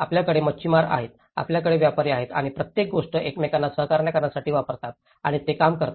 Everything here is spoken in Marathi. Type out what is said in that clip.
आपल्याकडे मच्छीमार आहेत आपल्याकडे व्यापारी आहेत आणि प्रत्येक गोष्ट एकमेकांना सहकार्य करण्यासाठी वापरतात आणि ते काम करतात